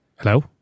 Hello